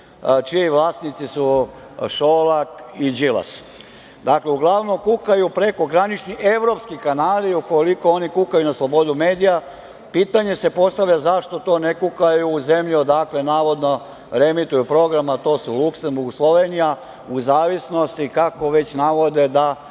čiji vlasnici su Šolak i Đilas. Dakle, uglavnom kukaju prekogranični evropski kanali. Ukoliko oni kukaju na slobodu medija, pitanje se postavlja zašto ne kukaju u zemlji odakle navodne reemituju program, a to su Luksemburg, Slovenija, u zavisnosti, kako već navode, da